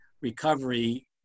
recovery